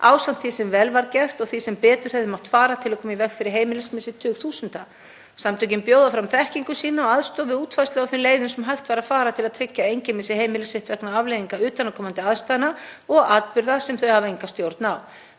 ásamt því sem vel var gert og því sem betur hefði mátt fara, til að koma í veg fyrir heimilismissi tugþúsunda. Samtökin bjóða fram þekkingu sína og aðstoð við útfærslu á þeim leiðum sem hægt væri að fara til að tryggja að enginn missi heimili sitt vegna afleiðinga utanaðkomandi aðstæðna og atburða sem þau hafa enga stjórn á.